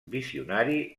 visionari